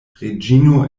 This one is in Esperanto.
reĝino